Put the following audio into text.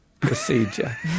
procedure